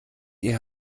ihr